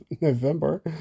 November